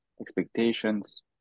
expectations